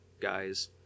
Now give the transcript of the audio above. guys